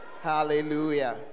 Hallelujah